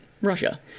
Russia